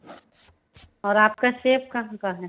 और आपका शेफ़ कहाँ का है